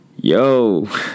yo